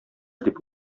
дип